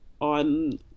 on